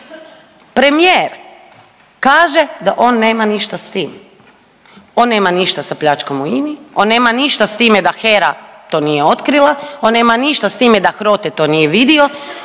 premijer kaže da on nema ništa s tim. On nema ništa sa pljačkom u INA-i, on nema ništa s time da HERA to nije otkrila, on nema ništa s time da HROTE to nije vidio,